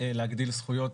להגדיל זכויות